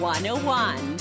101